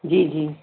जी जी